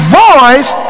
voice